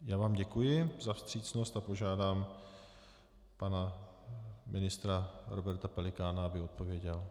Já vám děkuji za vstřícnost a požádám pana ministra Roberta Pelikána, aby odpověděl.